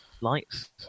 lights